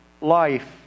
life